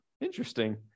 interesting